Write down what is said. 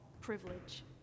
privilege